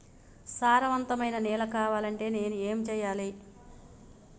సారవంతమైన నేల కావాలంటే నేను ఏం చెయ్యాలే?